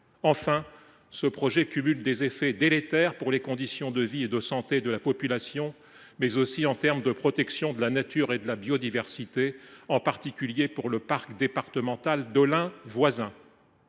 Enfin, ce projet cumule des effets délétères pour les conditions de vie et de santé de la population, mais aussi en termes de protection de la nature et de la biodiversité, en particulier pour le parc départemental voisin